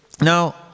now